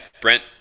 Brent